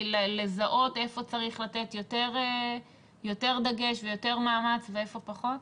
לזהות איפה צריך לתת יותר דגש ויותר מאמץ ואיפה פחות?